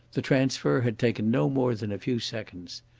the transfer had taken no more than a few seconds.